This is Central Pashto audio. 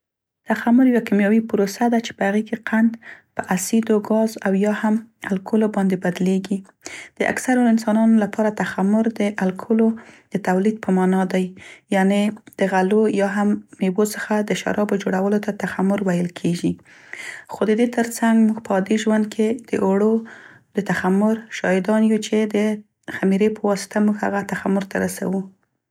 تخمر یوه کیمیاوي پروسه ده چې په هغې کې قند په اسیدو ګاز او یا هم الکولو باندې بدلیګي. د اکثرو انسانانو لپاره تخمر د الکولو د تولید په مانا دی، یعنې د غلو یا هم میوو څخه د شرابو جوړلو ته تخمر ویل کیږي. خو د دې تر څنګ موږ په عادي ژوند کې د اوړو د تخمر شایدان یو چې د خمیرې په واسطه موږ هغه تخمر ته رسوو.